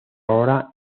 ahora